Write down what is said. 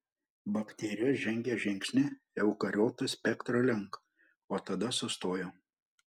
bakterijos žengė žingsnį eukariotų spektro link o tada sustojo